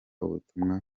ubutumwa